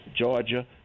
Georgia